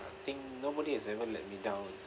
I think nobody has ever let me down